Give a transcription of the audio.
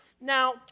Now